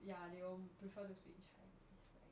ya they will prefer to speak in chinese right